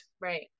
Right